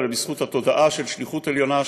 אלא בזכות התודעה של שליחות עליונה,